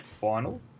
final